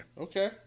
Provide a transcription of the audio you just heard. Okay